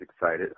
excited